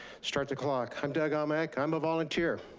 start the clock. i'm doug almec, i'm a volunteer.